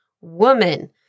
woman